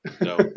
No